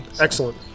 Excellent